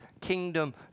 kingdom